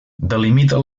delimita